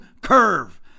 curve